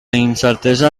incertesa